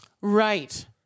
Right